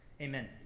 Amen